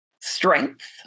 strength